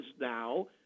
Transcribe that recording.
now